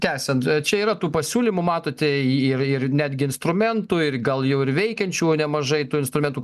tęsiant čia yra tų pasiūlymų matote ir ir netgi instrumentų ir gal jau ir veikiančių nemažai tų instrumentų